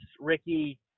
Ricky